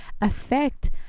affect